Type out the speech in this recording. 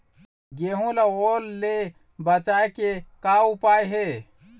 गेहूं ला ओल ले बचाए के का उपाय हे?